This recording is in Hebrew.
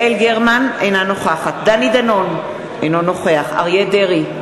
אינה נוכחת דני דנון, אינו נוכח אריה דרעי,